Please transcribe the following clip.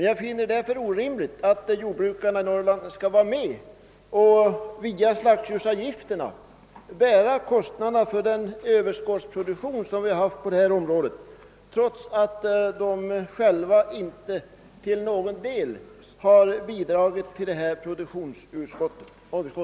Jag finner det därför orimligt att jordbrukarna i Norrland via slaktdjursavgifterna skall vara med om att bära kostnaderna för överskottsproduktionen på detta område i landet i övrigt, trots att dessa jordbrukare själva alltså inte till någon del har bidragit till produktionsöverskottet.